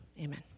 amen